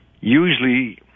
usually